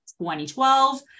2012